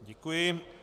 Děkuji.